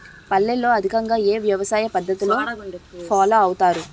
పల్లెల్లో అధికంగా ఏ వ్యవసాయ పద్ధతులను ఫాలో అవతారు?